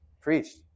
preached